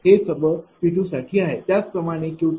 त्याचप्रमाणे Q20